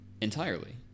entirely